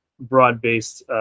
broad-based